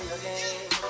again